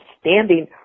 standing